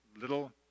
little